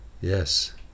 yes